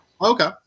okay